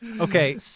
Okay